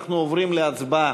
אנחנו עוברים להצבעה.